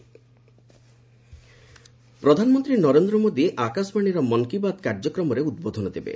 PM Mann Ki Baat ପ୍ରଧାନମନ୍ତ୍ରୀ ନରେନ୍ଦ୍ର ମୋଦି ଆକାଶବାଣୀର ମନ୍ କି ବାତ୍ କାର୍ଯ୍ୟକ୍ରମରେ ଉଦ୍ବୋଧନ ଦେବେ